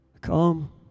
Come